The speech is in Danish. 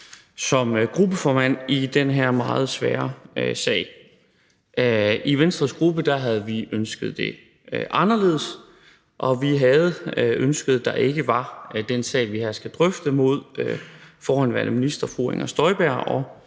som gruppeformand i den her meget svære sag. I Venstres gruppe havde vi ønsket det anderledes. Vi havde ønsket, at der ikke var den sag, som vi her skal drøfte, mod den forhenværende minister fru Inger Støjberg